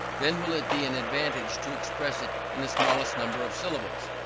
then will it be an advantage to express it in the smallest number of syllables.